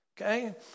Okay